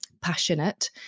passionate